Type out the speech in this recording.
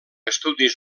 estudis